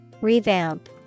Revamp